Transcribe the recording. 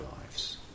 lives